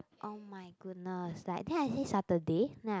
oh-my-goodness like then I say Saturday then I